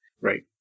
Right